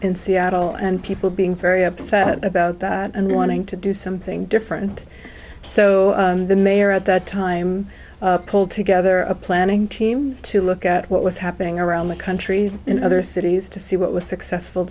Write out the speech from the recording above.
in seattle and people being very upset about that and wanting to do something different so the mayor at that time pulled together a planning team to look at what was happening around the country in other cities to see what was successful